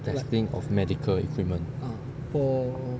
testing of medical equipment